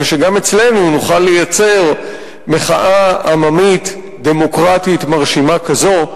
ושגם אצלנו נוכל לייצר מחאה עממית דמוקרטית מרשימה כזו,